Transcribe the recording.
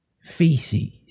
feces